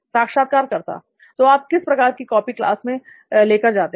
साक्षात्कारकर्ता तो आप किसी प्रकार की कॉपी क्लास में लेकर जाते हैं